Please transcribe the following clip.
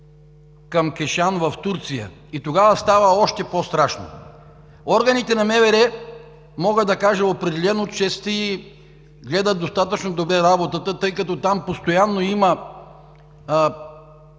към Кишан в Турция и тогава става още по-страшно. Органите на МВР – мога да кажа определено, че си гледат достатъчно добре работата, тъй като там постоянно има